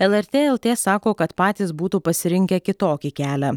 lrt lt sako kad patys būtų pasirinkę kitokį kelią